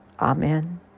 Amen